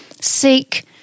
seek